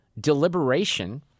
deliberation